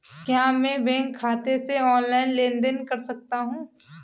क्या मैं बैंक खाते से ऑनलाइन लेनदेन कर सकता हूं?